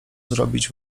zrobić